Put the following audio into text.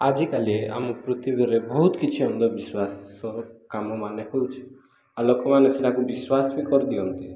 ଆଜିକାଲି ଆମ ପୃଥିବୀରେ ବହୁତ କିଛି ଅନ୍ଧବିଶ୍ୱାସ କାମ ମାନ ହଉଛି ଆଉ ଲୋକମାନେ ସେଟାକୁ ବିଶ୍ୱାସ ବି କରିଦିଅନ୍ତି